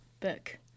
book